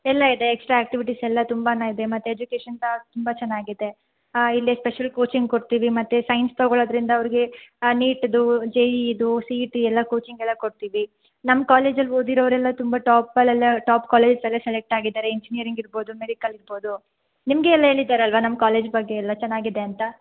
ಎಲ್ಲ ಇದೆ extra activities ಎಲ್ಲ ತುಂಬಾ ಇದೆ ಮತ್ತು ಎಜುಕೇಷನ್ ಸಹ ತುಂಬ ಚೆನ್ನಾಗಿದೆ ಹಾಂ ಇಲ್ಲೇ ಸ್ಪೆಷಲ್ ಕೋಚಿಂಗ್ ಕೊಡ್ತೀವಿ ಮತ್ತು ಸೈನ್ಸ್ ತೊಗೊಳ್ಳೋದ್ರಿಂದ ಅವ್ರಿಗೆ ನೀಟ್ದು ಜೆ ಇ ಇದು ಸಿ ಇ ಟಿ ಎಲ್ಲ ಕೋಚಿಂಗ್ ಎಲ್ಲ ಕೊಡ್ತೀವಿ ನಮ್ಮ ಕಾಲೇಜಲ್ಲಿ ಓದಿರೋರೆಲ್ಲ ತುಂಬ ಟಾಪಲೆಲ್ಲ ಟಾಪ್ ಕಾಲೇಜಸ್ಸೆಲ್ಲ ಸೆಲೆಕ್ಟ್ ಆಗಿದ್ದಾರೆ ಇಂಜಿನಿಯರಿಂಗ್ ಇರ್ಬೋದು ಮೆಡಿಕಲ್ ಇರ್ಬೋದು ನಿಮಗೇ ಎಲ್ಲ ಹೇಳಿದಾರಲ್ವ ನಮ್ಮ ಕಾಲೇಜ್ ಬಗ್ಗೆ ಎಲ್ಲ ಚೆನ್ನಾಗಿದೆ ಅಂತ